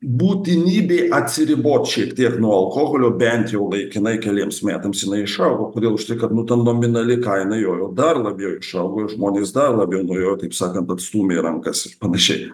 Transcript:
būtinybė atsiribot šiek tiek nuo alkoholio bent jau laikinai keliems metams jinai išaugo kodėl už tai kad nu ta nominali kaina jojo dar labiau išaugo žmonės dar labiau nuo jo taip sakant atstūmė rankas ir panašiai